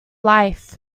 life